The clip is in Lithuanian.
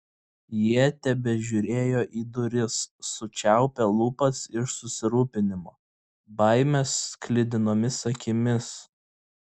jie tebežiūrėjo į duris sučiaupę lūpas iš susirūpinimo baimės sklidinomis akimis